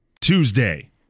Tuesday